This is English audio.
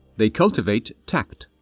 they cultivate tact